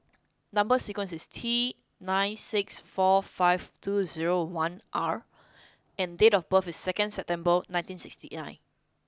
number sequence is T nine six four five two zero one R and date of birth is second September nineteen sixty nine